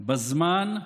בזמן,